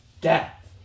death